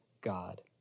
God